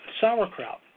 sauerkraut